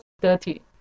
dirty